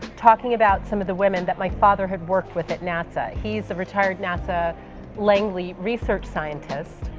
talking about some of the women that my father had worked with at nasa. he's a retired nasa langley research scientist,